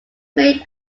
made